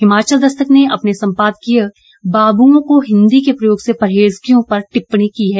हिमाचल दस्तक ने अपने सम्पादकीय बाबुओं को हिन्दी के प्रयोग से परहेज क्यों पर टिप्पणी की है